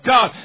God